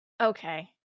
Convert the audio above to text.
Okay